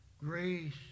Grace